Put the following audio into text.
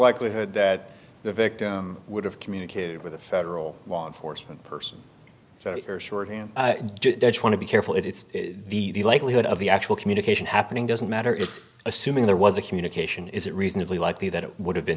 likelihood that the victim would have communicated with a federal law enforcement person so i want to be careful it's the likelihood of the actual communication happening doesn't matter it's assuming there was a communication is it reasonably likely that it would have been